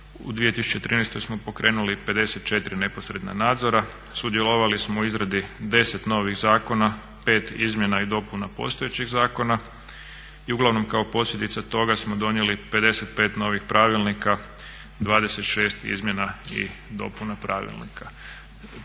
u 2013.smo pokrenuli 54 neposredna nadzora, sudjelovali smo u izradi 10 novih zakona, pet izmjena i dopuna postojećih zakona i uglavnom kao posljedica toga smo donijeli 55 novih pravilnika, 26 izmjena i dopuna pravilnika.